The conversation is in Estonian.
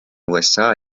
usa